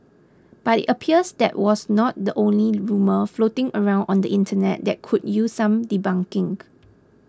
but it appears that was not the only rumour floating around on the Internet that could use some debunking